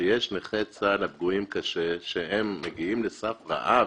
שיש נכי צה"ל פגועים קשה שהם מגיעים לסף רעב,